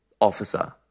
officer